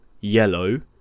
yellow